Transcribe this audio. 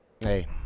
hey